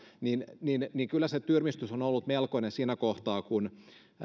niin niin kyllä se tyrmistys on ollut melkoinen siinä kohtaa kun